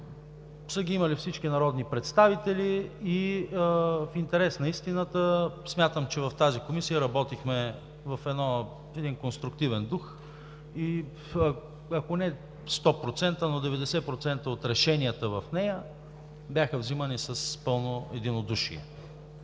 са ги имали всички народни представители и в интерес на истината смятам, че в тази комисия работихме в конструктивен дух и ако не 100%, но 90% от решенията в нея бяха вземани с пълно единодушие.